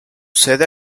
sede